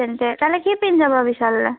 তেন্তে কাইলৈ কি পিন্ধি যাব বিশাললৈ